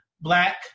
black